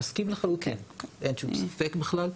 אני מסכים לחלוטין, אין ספק בכלל.